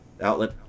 Outlet